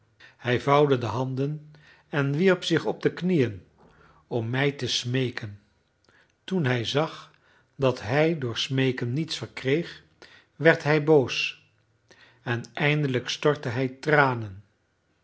hij vouwde de handen en wierp zich op de knieën om mij te smeeken toen hij zag dat hij door smeeken niets verkreeg werd hij boos en eindelijk stortte hij tranen